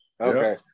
Okay